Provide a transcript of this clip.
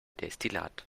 destillat